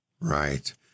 Right